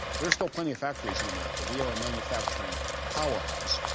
there are still plenty of factories in america. we are a manufacturing powerhouse,